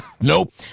Nope